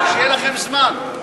שיהיה לכם זמן.